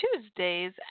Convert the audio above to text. Tuesdays